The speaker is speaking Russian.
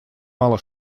мало